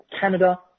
Canada